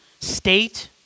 state